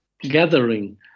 gathering